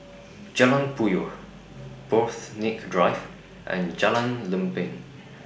Jalan Puyoh Borthwick Drive and Jalan Lempeng